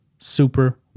Super